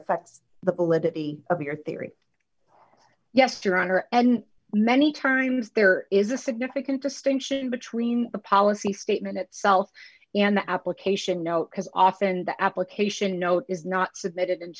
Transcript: affects the validity of your theory yes throughout her and many times there is a significant distinction between the policy statement itself and the application note because often the application note is not submitted